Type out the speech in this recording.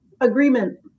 Agreement